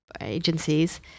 agencies